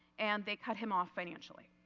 and they cut him off financially.